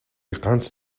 ганц